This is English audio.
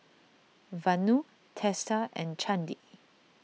Vanu Teesta and Chandi